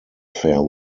fare